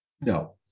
No